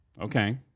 Okay